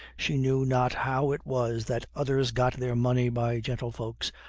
she knew not how it was that others got their money by gentle-folks,